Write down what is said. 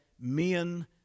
men